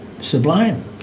sublime